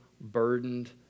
burdened